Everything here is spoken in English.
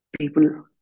people